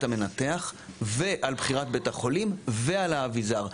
המנתח ועל בחירת בית החולים ועל האביזר.